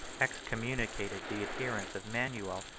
excommunicated the adherents of manuel,